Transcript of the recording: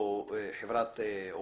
אני נתתי לו את המפתחות.